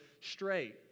straight